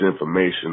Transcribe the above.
information